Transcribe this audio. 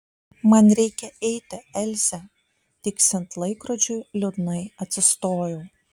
man reikia eiti elze tiksint laikrodžiui liūdnai atsistojau